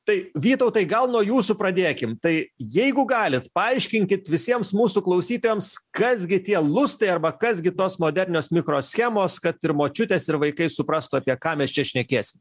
tai vytautai gal nuo jūsų pradėkim tai jeigu galit paaiškinkit visiems mūsų klausytojams kas gi tie lustai arba kas gi tos modernios mikroschemos kad ir močiutės ir vaikai suprastų apie ką mes čia šnekėsim